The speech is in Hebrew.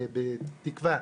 בתקווה,